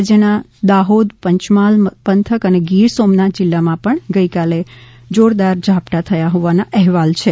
રાજ્યના દાહોદ પંચમહાલ પંથક અને ગીર સોમનાથ જિલ્લામાં ગઇકાલે જોરદાર ઝાપટાં થયા હોવાના અહેવાલ છે